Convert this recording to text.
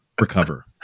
recover